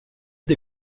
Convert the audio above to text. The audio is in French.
des